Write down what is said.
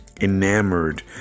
enamored